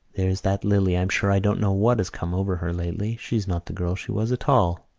there's that lily, i'm sure i don't know what has come over her lately. she's not the girl she was at all.